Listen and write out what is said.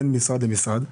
בין משרד למשרד,